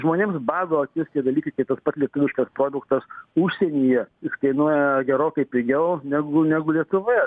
žmonėms bado akis tie dalykai kai tas pats lietuviškas produktas užsienyje kainuoja gerokai pigiau negu negu lietuvoje